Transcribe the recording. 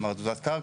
למשל תזוזת קרקע,